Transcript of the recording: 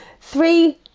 three